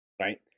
right